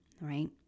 right